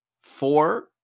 Four